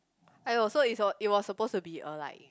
!aiyo! so it's was it was supposed to be a like